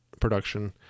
production